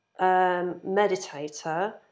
meditator